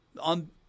on